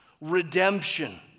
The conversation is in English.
redemption